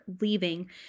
leaving –